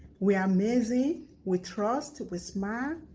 we are amazing, we trust, we smile,